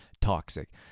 Toxic